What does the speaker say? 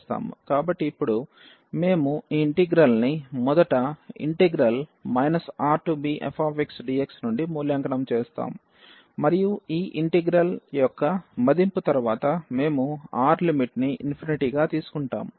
కాబట్టి ఇప్పుడు మేము ఈ ఇంటిగ్రల్ని మొదట Rbfxdx నుండి మూల్యాంకనం చేస్తాము మరియు ఈ ఇంటిగ్రల్యొక్క మదింపు తరువాత మేము R లిమిట్ ని గా తీసుకుంటాము